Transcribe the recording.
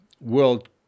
world